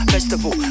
Festival